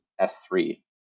S3